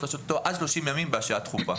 להשעות אותו עד 30 ימים בהשעיה דחופה,